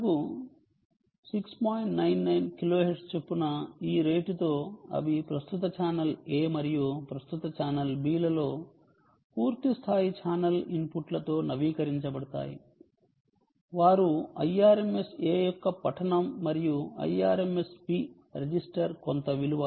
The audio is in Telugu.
99 కిలోహెర్ట్జ్ చొప్పున ఈ రేటుతో అవి ప్రస్తుత ఛానల్ A మరియు ప్రస్తుత ఛానల్ B లలో పూర్తి స్థాయి ఛానల్ ఇన్పుట్లతో నవీకరించబడతాయి వారు IrmsA యొక్క పఠనం మరియు IrmsB రిజిస్టర్ కొంత విలువ